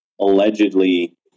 Allegedly